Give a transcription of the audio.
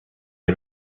had